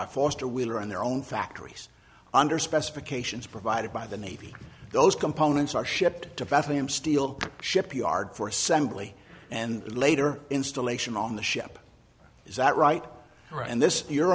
by forrester we're on their own factories under specifications provided by the navy those components are shipped to bethlehem steel shipyard for assembly and later installation on the ship is that right here and this your